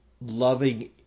loving